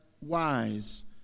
wise